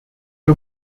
two